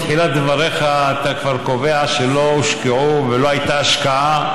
בתחילת דבריך אתה כבר קובע שלא הושקעו ולא הייתה השקעה.